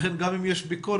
לכן גם אם יש ביקורת,